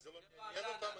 זה לא מעניין אותם?